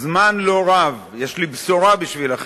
זמן לא רב, יש לי בשורה בשבילכם,